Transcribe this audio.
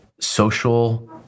social